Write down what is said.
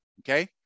Okay